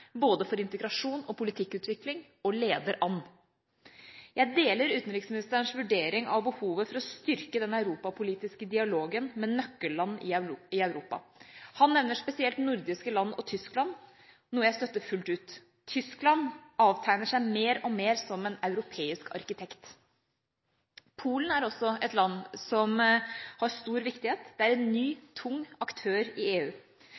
både for integrasjon og politikkutvikling, og leder an. Jeg deler utenriksministerens vurdering av behovet for å styrke den europapolitiske dialogen med nøkkelland i Europa. Han nevner spesielt nordiske land og Tyskland, noe jeg støtter fullt ut. Tyskland avtegner seg mer og mer som en europeisk arkitekt. Polen er også et land som har stor viktighet, det er en ny, tung aktør i EU.